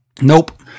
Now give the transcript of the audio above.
Nope